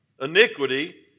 Iniquity